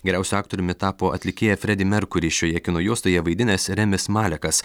geriausiu aktoriumi tapo atlikėją fredį merkurį šioje kino juostoje vaidinęs remis malekas